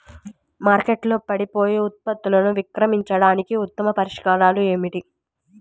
మార్కెట్లో పాడైపోయే ఉత్పత్తులను విక్రయించడానికి ఉత్తమ పరిష్కారాలు ఏమిటి?